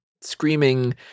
screaming